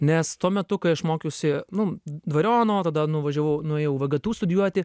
nes tuo metu kai aš mokiausi nu dvariono tada nuvažiavau nuėjau į vgtu studijuoti